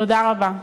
תודה רבה.